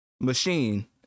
machine